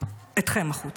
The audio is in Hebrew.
אתכם החוצה.